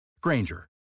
Granger